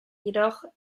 jedoch